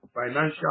financial